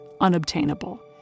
unobtainable